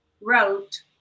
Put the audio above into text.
wrote